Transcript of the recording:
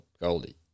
Goldie